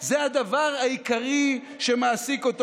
זה הדבר העיקרי שמעסיק אותו.